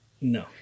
No